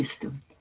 system